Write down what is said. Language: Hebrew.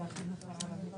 נבדוק את זה